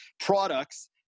products